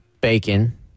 bacon